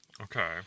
Okay